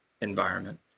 environment